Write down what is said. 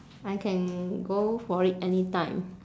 I can go for it anytime